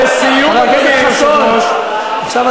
חברת הכנסת מיכאלי, אני